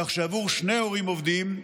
כך שבעבור שני הורים עובדים,